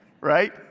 right